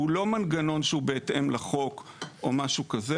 לא מנגנון שהוא בהתאם לחוק או משהו כזה: